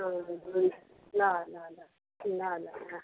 अँ हुन्छ ल ल ल ल ल ल